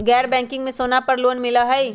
गैर बैंकिंग में सोना पर लोन मिलहई?